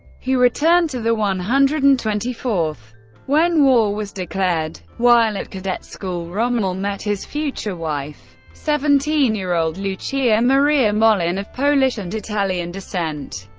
he returned to the one hundred and twenty fourth when war was declared. while at cadet school, rommel met his future wife, seventeen year old lucia maria mollin, of polish and italian descent.